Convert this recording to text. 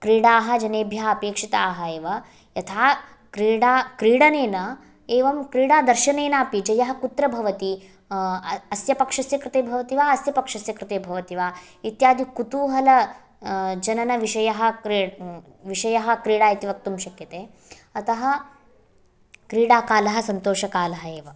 क्रीडा जनेभ्य अपेक्षिता एव यथा क्रीडा क्रीडनेन एवं क्रीडा दर्शनेनापि जय कुत्र भवति अस्य पक्षस्य भवति वा अस्य पक्षस्य कृते भवति वा इत्यादि कुतूहलजननविषय विषय क्रीडा इति वक्तुं शक्यते अत क्रीडाकाल सन्तोषकाल एव